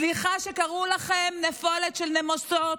סליחה שקראו לכם נפולת של נמושות,